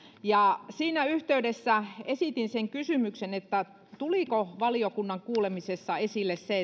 siinä yhteydessä esitin sen kysymyksen että tuliko valiokunnan kuulemisessa esille se